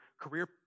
career